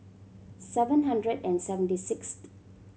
seven hundred and seventy sixth